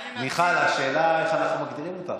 מיכל, השאלה איך אנחנו מגדירים אותך,